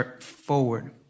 forward